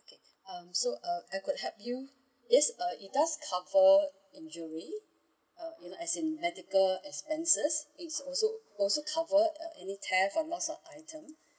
okay uh so uh I could help you yes uh it does cover injury uh you know as in medical expenses it's also also cover any theft or lost of item